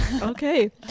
Okay